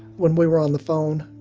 when we were on the phone,